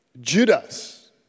Judas